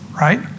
right